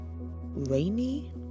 rainy